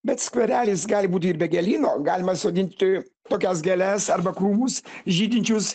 bet skverelis gali būti ir be gėlyno galima sodinti tokias gėles arba krūmus žydinčius